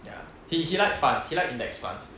ya he he like funds he like index funds